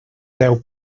deu